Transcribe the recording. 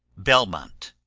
belmont.